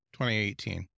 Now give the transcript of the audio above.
2018